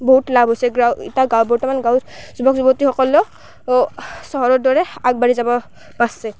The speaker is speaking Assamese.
বহুত লাভ হৈছে গাঁও ইটা গাঁ বৰ্তমান গাঁৱত যুৱক যুৱতীসকলেও অ' চহৰৰ দৰে আগবাঢ়ি যাব পাৰ্ছে